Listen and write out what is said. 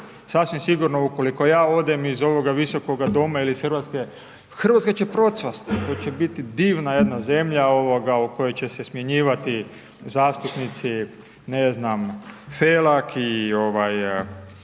sasvim sigurno, ukoliko ja odem iz ovoga Visokoga doma ili iz Hrvatske, Hrvatska će procvasti, to će biti divna jedna zemlja, u kojoj će se smanjivati zastupnici, ne znam Felak i Maras,